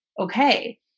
okay